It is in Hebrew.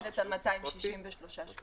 עומדת על 263 שקלים.